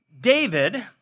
David